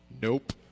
Nope